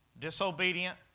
disobedient